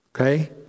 Okay